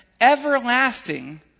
everlasting